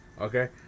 okay